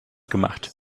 gemacht